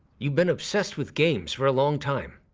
you've been obsessed with games for a long time.